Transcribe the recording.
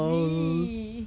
mee